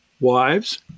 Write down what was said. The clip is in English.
wives